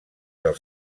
del